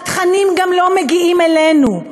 התכנים גם לא מגיעים אלינו,